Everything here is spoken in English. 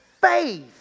faith